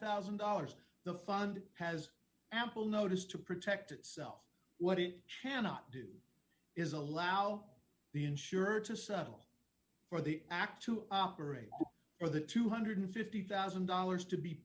thousand dollars the fund has ample notice to protect itself what it cannot do is allow the insurer to settle for the act to operate for the two hundred and fifty thousand dollars to be